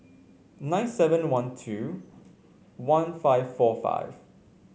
nine seven one two one five four five